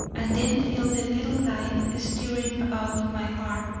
and then feel the little life stirring about my heart,